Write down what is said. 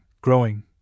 growing